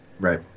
Right